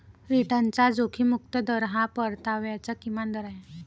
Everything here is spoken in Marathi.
रिटर्नचा जोखीम मुक्त दर हा परताव्याचा किमान दर आहे